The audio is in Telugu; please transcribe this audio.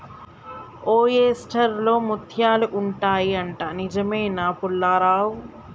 ఓయెస్టర్ లో ముత్యాలు ఉంటాయి అంట, నిజమేనా పుల్లారావ్